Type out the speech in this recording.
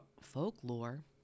folklore